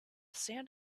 sand